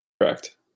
correct